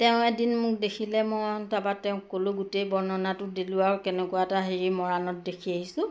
তেওঁ এদিন মোক দেখিলে মই তাপা তেওঁক ক'লোঁ গোটেই বৰ্ণনাটো দিলোঁ আৰু কেনেকুৱা এটা হেৰি মৰাণত দেখি আহিছোঁ